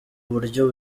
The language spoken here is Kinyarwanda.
buryo